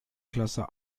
klasse